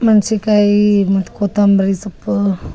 ಮೆನ್ಶಿನಕಾಯಿ ಮತ್ತೆ ಕೊತ್ತೊಂಬರಿ ಸೊಪ್ಪು